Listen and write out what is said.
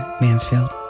Mansfield